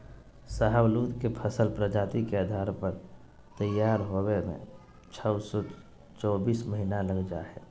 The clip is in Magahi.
शाहबलूत के फल प्रजाति के आधार पर तैयार होवे में छो से चोबीस महीना लग जा हई